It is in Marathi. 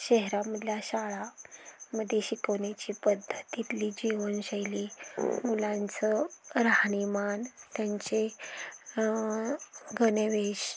शहरामधल्या शाळामध्ये शिकवण्याची पद्धतीतली जीवनशैली मुलांचं राहणीमान त्यांचे गणवेष